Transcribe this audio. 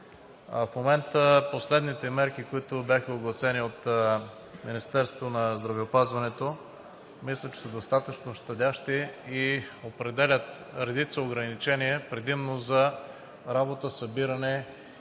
В момента последните мерки, които бяха огласени от Министерството на здравеопазването, мисля, че са достатъчно щадящи и определят редица ограничения предимно за работа, събиране